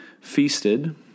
feasted